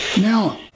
Now